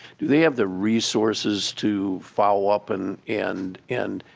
do they have the resources to follow up and and and